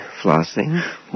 flossing